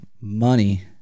money